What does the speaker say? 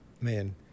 man